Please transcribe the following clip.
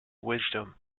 wisdom